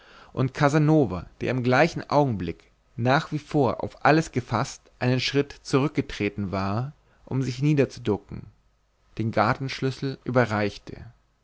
und casanova der im gleichen augenblick nach wie vor auf alles gefaßt einen schritt zurückgetreten war wie um sich niederzuducken den gartenschlüssel überreichte